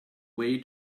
way